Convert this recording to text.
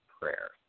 prayer